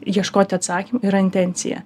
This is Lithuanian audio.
ieškoti atsakym yra intencija